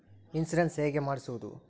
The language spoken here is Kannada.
ಇನ್ಶೂರೆನ್ಸ್ ಹೇಗೆ ಮಾಡಿಸುವುದು?